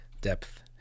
depth